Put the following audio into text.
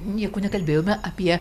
nieko nekalbėjome apie